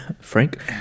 Frank